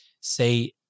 say